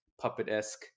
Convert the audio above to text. puppet-esque